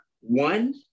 one